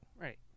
Right